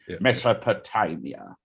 mesopotamia